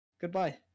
Goodbye